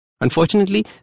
Unfortunately